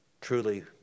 Truly